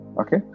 okay